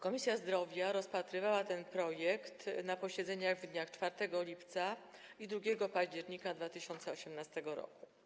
Komisja Zdrowia rozpatrywała ten projekt na posiedzeniach w dniach 4 lipca i 2 października 2018 r.